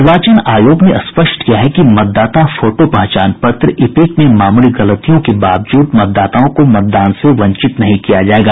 निर्वाचन आयोग ने स्पष्ट किया है कि मतदाता फोटो पहचान पत्र ईपिक में मामूली गलतियों के बावजूद मतदाताओं को मतदान से वंचित नहीं किया जायेगा